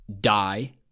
die